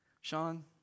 Sean